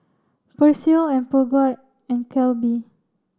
Persil and Peugeot and Calbee